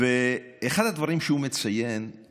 אחד הדברים שהוא מציין הוא